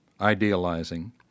idealizing